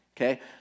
okay